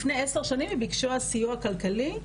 לפני 10 שנים היא ביקשה סיוע כלכלי,